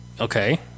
Okay